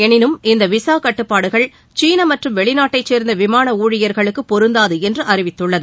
எளினும் இந்த விசா கட்டுப்பாடுகள் சீன மற்றும் வெளிநாட்டை சேர்ந்த விமான ஊழியர்களுக்கு பொருந்தாது என்று அறிவித்துள்ளது